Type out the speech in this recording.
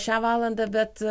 šią valandą bet